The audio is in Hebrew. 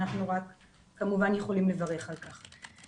ואנחנו כמובן יכולים לברך על כך.